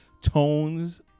tones